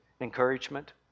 encouragement